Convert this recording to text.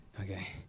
okay